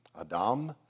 Adam